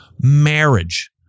marriage